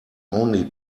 only